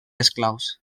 esclaus